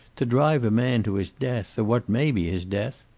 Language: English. to drive a man to his death, or what may be his death